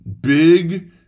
big